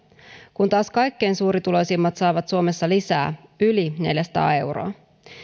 kun taas kaikkein suurituloisimmat saavat suomessa lisää yli neljäsataa euroa